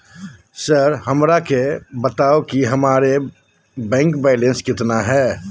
Sir हमरा के बताओ कि हमारे बैंक बैलेंस कितना है?